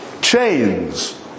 Chains